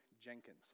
Jenkins